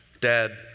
dad